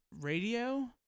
radio